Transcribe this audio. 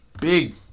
Big